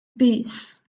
bys